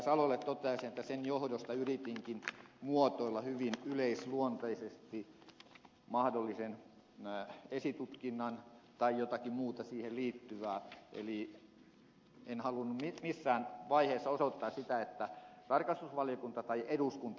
salolle toteaisin että sen johdosta yritinkin muotoilla hyvin yleisluonteisesti mahdollisen esitutkinnan tai jotakin muuta siihen liittyvää eli en halunnut missään vaiheessa osoittaa sitä että tarkastusvaliokunta tai eduskunta nostaisi